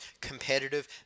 competitive